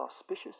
auspicious